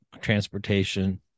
transportation